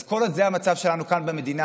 כל עוד זה המצב שלנו כאן במדינה,